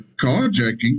carjacking